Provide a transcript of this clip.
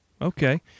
Okay